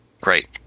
Great